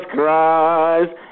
Christ